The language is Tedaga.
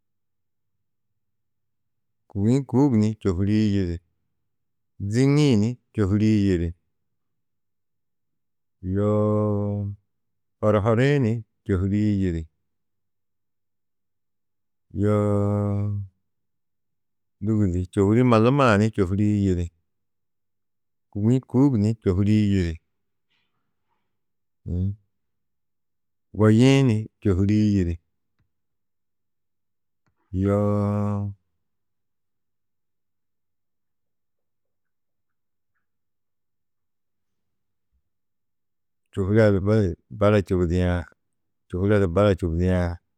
Kûgiikuug ni čôhurii yili, zîŋi-ĩ ni čôhurii yili, yoo horohori-ĩ ni čôhurii yili, yoo ndû gudi, čôhuri malumaa-ã ni čôhurii yili, kûgiikuug ni čôhurii yili, goyi-ĩ ni čôhurii yili, yoo, čôhure ada bara čubudiã.